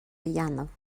dhéanamh